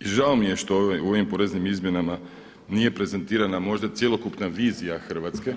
I žao mi je što u ovim poreznim izmjenama nije prezentirana možda cjelokupna vizija Hrvatske